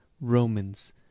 Romans